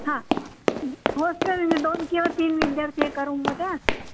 हां होस्टेल म्हणजे दोन किंवा तीन विद्यार्थी एका रूममध्ये असतात